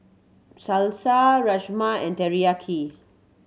Salsa Rajma and Teriyaki